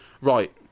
right